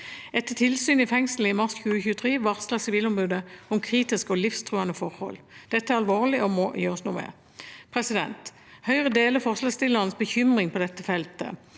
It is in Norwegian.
Etter tilsyn i fengselet i mars 2023 varslet Sivilombudet om kritiske og livstruende forhold. Dette er alvorlig og må gjøres noe med. Høyre deler forslagsstillernes bekymring på dette feltet,